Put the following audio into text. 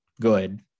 good